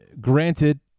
granted